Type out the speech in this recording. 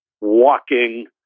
walking